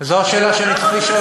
זו השאלה שאני צריך לשאול.